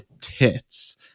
tits